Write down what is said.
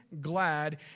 glad